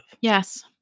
Yes